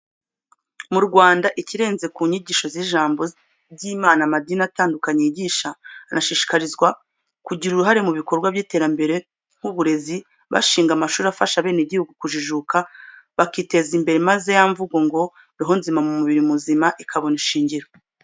Mu Rwanda, ikirenze ku nyigisho z'ijambo ry'Imana amadini atandukanye yigisha, anashishikarizwa kugira uruhare mu bikorwa by'iterambere nk'uburezi, bashinga amashuri afasha abenegihugu kujijuka, bakiteza imbere, maze ya mvugo ngo: "Roho nzima mu mubiri muzima," ikabona ishingiro.